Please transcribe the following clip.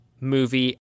movie